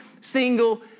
single